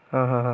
ആ ഹാ ഹാ